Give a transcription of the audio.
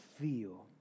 feel